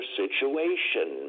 situation